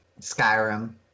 Skyrim